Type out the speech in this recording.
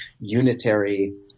unitary